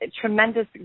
tremendous